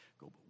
go